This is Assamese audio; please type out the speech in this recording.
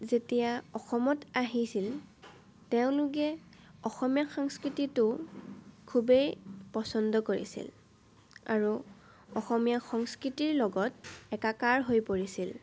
যেতিয়া অসমত আহিছিল তেওঁলোকে অসমীয়া সংস্কৃতিটো খুবেই পচন্দ কৰিছিল আৰু অসমীয়া সংস্কৃতিৰ লগত একাকাৰ হৈ পৰিছিল